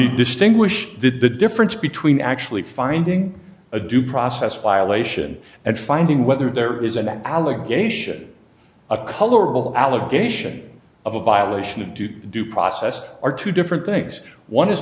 e distinguish the difference between actually finding a due process violation and finding whether there is an allegation a colorable allegation of a violation of due to due process are two different things one is